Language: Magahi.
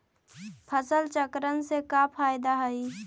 फसल चक्रण से का फ़ायदा हई?